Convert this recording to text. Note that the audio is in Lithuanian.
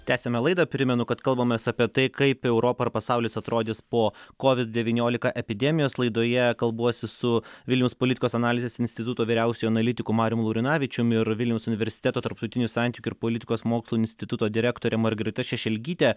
tęsiame laidą primenu kad kalbamės apie tai kaip europa ir pasaulis atrodys po kovid devyniolika epidemijos laidoje kalbuosi su vilniaus politikos analizės instituto vyriausiuoju analitiku marium laurinavičium ir vilniaus universiteto tarptautinių santykių ir politikos mokslų instituto direktore margarita šešelgyte